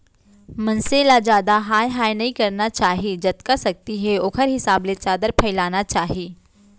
मनसे ल जादा हाय हाय नइ करना चाही जतका सक्ति हे ओखरे हिसाब ले चादर फइलाना चाही